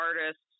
artists